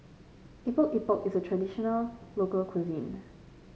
Epok Epok is a traditional local cuisine